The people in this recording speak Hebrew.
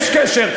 אין קשר.